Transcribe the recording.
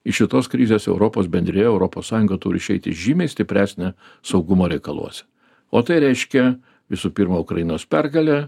iš šitos krizės europos bendrija europos sąjunga turi išeiti žymiai stipresnė saugumo reikaluose o tai reiškia visų pirma ukrainos pergalė